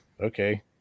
okay